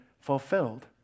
fulfilled